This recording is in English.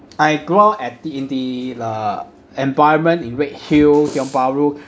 I grow up at the in the uh environment in redhill Tiong Bahru